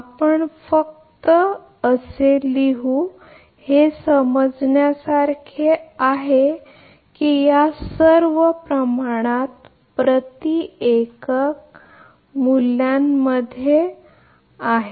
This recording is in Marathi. आपण फक्त लिहू पण हे समजण्यासारखे आहे की या सर्व प्रमाणात प्रति युनिट मूल्यांमध्ये आहेत